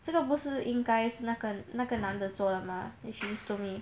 这个不是应该是那个那个男的做的吗 then she just told me